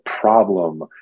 problem